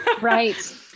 right